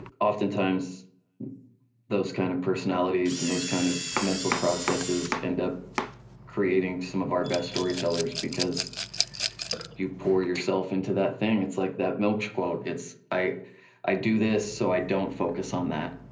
oftentimes those kind of personalities and those kind of mental processes end up creating some of our best storytellers because you pour yourself into that thing, it's like that milch quote, i i do this so i don't focus on that.